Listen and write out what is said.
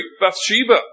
Bathsheba